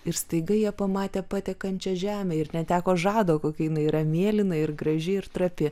ir staiga jie pamatė patekančią žemę ir neteko žado kokia jinai yra mėlyna ir graži ir trapi